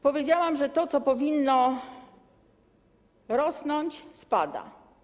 Powiedziałam, że to, co powinno rosnąć, spada.